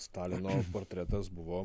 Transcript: stalino portretas buvo